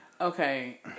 Okay